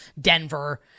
Denver